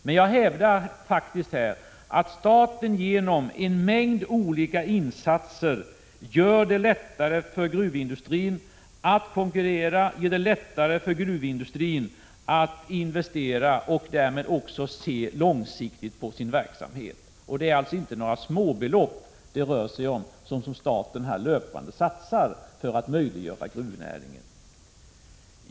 Men jag hävdar faktiskt att staten genom en mängd olika insatser gör det lättare för gruvindustrin att konkurrera, gör det lättare för gruvindustrin att investera och därmed också se långsiktigt på sin verksamhet. Det rör sig alltså inte om några småbelopp som staten löpande satsar för att möjliggöra gruvnäringen.